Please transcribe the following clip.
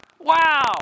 wow